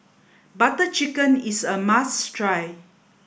butter chicken is a must try